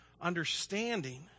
understanding